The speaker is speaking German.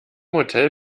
hotel